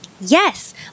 yes